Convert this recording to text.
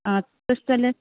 आं तशें जाल्यार